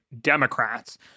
Democrats